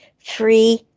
three